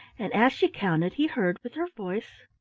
and as she counted he heard, with her voice,